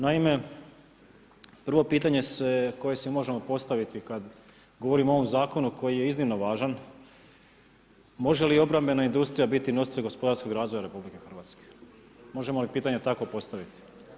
Naime prvo pitanje koje svi možemo postaviti kad govorimo o ovom zakonu koji je iznimno važan, može li obrambena industrija biti nositelj gospodarskog razvoja RH, možemo li pitanja tako postaviti?